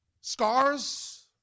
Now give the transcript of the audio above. scars